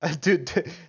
Dude